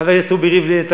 חבר הכנסת רובי ריבלין,